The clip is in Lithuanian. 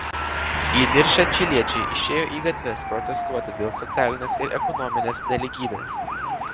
įniršę čiliečiai išėjo į gatves protestuoti dėl socialinės ir ekonominės nelygybės